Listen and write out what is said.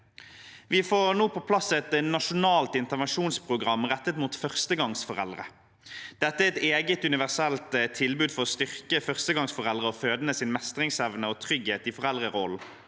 Vi får nå på plass et nasjonalt intervensjonsprogram rettet mot førstegangsforeldre. Dette er et eget universelt tilbud for å styrke førstegangsforeldre og fødendes mestringsevne og trygghet i foreldrerollen.